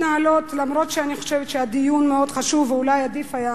למרות שאני חושבת שהדיון מאוד חשוב ואולי עדיף היה